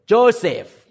Joseph